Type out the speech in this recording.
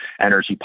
energy